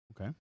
Okay